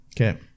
okay